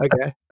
Okay